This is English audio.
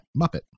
Muppet